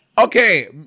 Okay